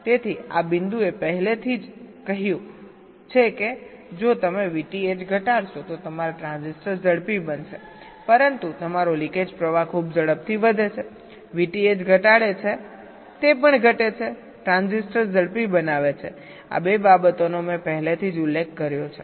તેથી આ બિંદુએ પહેલેથી જ કહ્યું છે કે જો તમે VTH ઘટાડશો તો તમારા ટ્રાન્ઝિસ્ટર ઝડપી બનશે પરંતુ તમારો લિકેજ કરંટ ખૂબ ઝડપથી વધે છે VTH ઘટાડે છે તે પણ ઘટે છે ટ્રાન્ઝિસ્ટર ઝડપી બનાવે છે આ બે બાબતોનો મેં પહેલેથી જ ઉલ્લેખ કર્યો છે